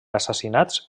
assassinats